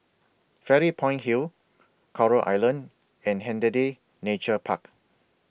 Fairy Point Hill Coral Island and Hindhede Nature Park